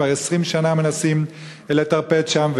כבר 20 שנה מנסים לטרפד שם,